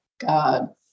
God